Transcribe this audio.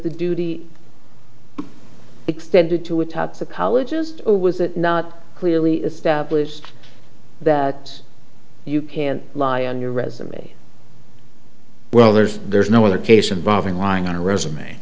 the duty extended to atop the politest was it not clearly established that you can't lie on your resume well there's there's no other case involving lying on a resume